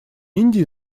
индии